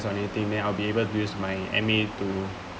thing then I'll be able to use my M_A to